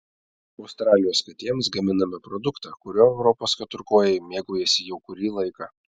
australijos katėms gaminame produktą kuriuo europos keturkojai mėgaujasi jau kurį laiką